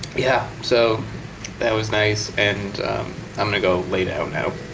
yeah, so that was nice, and i'm gonna go lay down now.